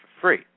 free